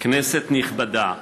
כנסת נכבדה,